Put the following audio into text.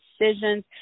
decisions